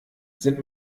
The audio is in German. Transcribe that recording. sind